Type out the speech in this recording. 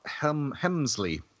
Hemsley